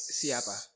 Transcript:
siapa